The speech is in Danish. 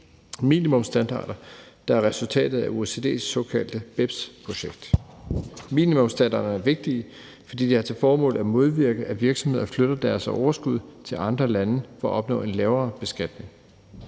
minimumsstandarder, der er resultatet af OECD's såkaldte BEPS-projekt. Minimumsstandarderne er vigtige, fordi de har til formål at modvirke, at virksomheder flytter deres overskud til andre lande for at opnå en lavere beskatning.